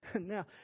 Now